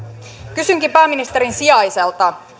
kysynkin pääministerin sijaiselta